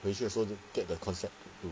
we should so get the concept to